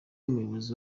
umuyobozi